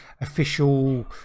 official